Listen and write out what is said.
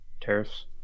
tariffs